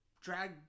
drag